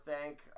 thank